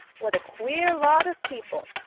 what a queer lot of people!